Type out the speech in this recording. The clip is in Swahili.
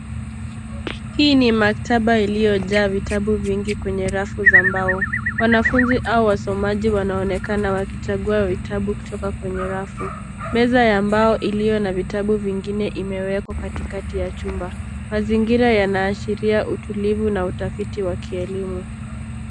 Hii ni maktaba iliyojaa vitabu vingi kwenye rafu za mbao. Wanafunzi au wasomaji wanaonekana wakichagua vitabu kutoka kwenye rafu. Meza ya mbao iliyo na vitabu vingine imewekwa katikati ya chumba. Mazingira yanaashiria utulivu na utafiti wa kielimu .